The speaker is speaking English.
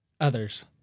others